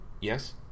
Yes